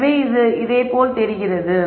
எனவே இதை போல் தெரிகிறது